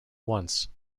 once